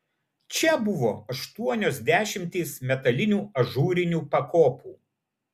čia buvo aštuonios dešimtys metalinių ažūrinių pakopų